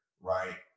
right